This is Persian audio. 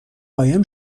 قایم